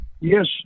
Yes